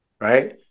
Right